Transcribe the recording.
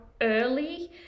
early